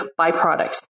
byproducts